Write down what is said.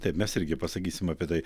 taip mes irgi pasakysim apie tai